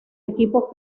equipos